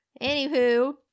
Anywho